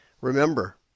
Remember